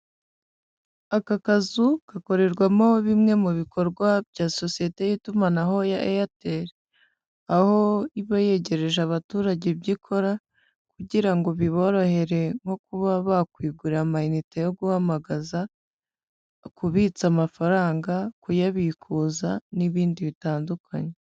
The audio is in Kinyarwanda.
Aka kazu gakorerwamo bimwe mu bikorwa bya sosiyete y'itumanaho ya Airtel, aho iba yegereje abaturage ibyo ikora kugira ngo biborohere nko kuba bakwigurira ama inite yo guhamagaza, kubitsa amafaranga, kuyabikuza n'ibindi bitandukanye.